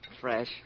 Fresh